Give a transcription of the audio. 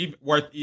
worth